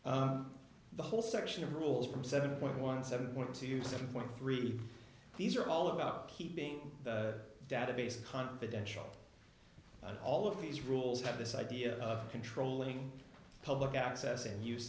whole the whole section of rules from seven point one seven want to use seven point three these are all about keeping the database confidential and all of these rules have this idea of controlling public access and use